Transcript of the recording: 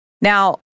Now